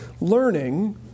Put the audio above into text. learning